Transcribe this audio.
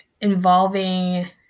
involving